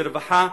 לרווחה,